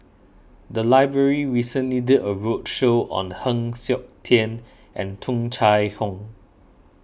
the library recently did a roadshow on Heng Siok Tian and Tung Chye Hong